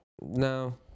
No